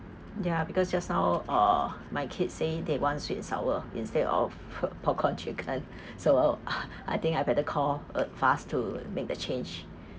ya because just now uh my kids say they want sweet and sour instead of popcorn chicken so I think I better call uh fast to make the change